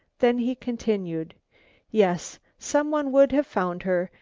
then he continued yes, someone would have found her,